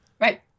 Right